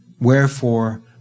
Wherefore